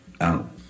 out